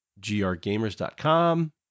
grgamers.com